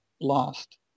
lost